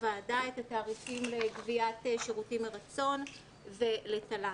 הוועדה את התעריפים לגביית שירותים מרצון ולתל"ן.